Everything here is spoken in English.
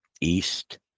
east